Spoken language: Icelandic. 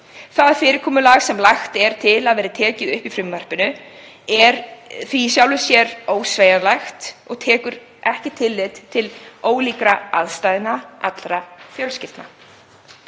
Það fyrirkomulag sem lagt er til að tekið verði upp í frumvarpinu er því í sjálfu sér ósveigjanlegt og tekur ekki tillit til aðstæðna allra fjölskyldna.